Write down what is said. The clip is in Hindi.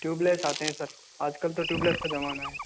ट्यूबलेस आते है सर आजकल तो ट्यूबलेस का जमाना है